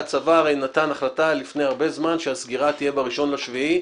הצבא הרי קיבל החלטה לפני הרבה זמן שהסגירה תהיה ב-1 ביולי.